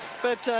but